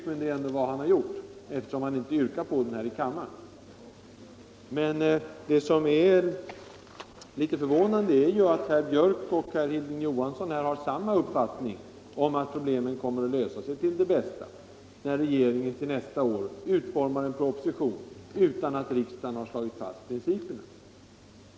Men det som är litet förvånande är ju att herr Björck och herr Hilding Johansson har samma uppfattning, att problemen kommer att lösas till det bästa, när regeringen till nästa år utformar en proposition, utan att riksdagen har slagit fast principerna.